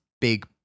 big